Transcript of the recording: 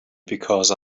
because